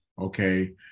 okay